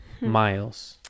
miles